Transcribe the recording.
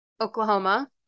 Oklahoma